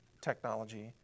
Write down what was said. technology